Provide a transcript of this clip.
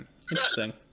interesting